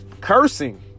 cursing